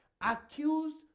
accused